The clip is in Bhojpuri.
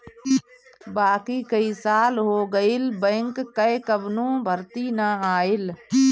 बाकी कई साल हो गईल बैंक कअ कवनो भर्ती ना आईल